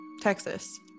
Texas